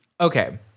Okay